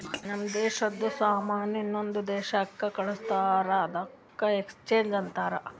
ಒಂದ್ ದೇಶಾದು ಸಾಮಾನ್ ಇನ್ನೊಂದು ದೇಶಾಕ್ಕ ಕಳ್ಸುರ್ ಅದ್ದುಕ ಎಕ್ಸ್ಪೋರ್ಟ್ ಅಂತಾರ್